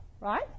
right